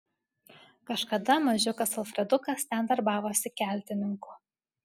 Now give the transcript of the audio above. kažkada mažiukas alfredukas ten darbavosi keltininku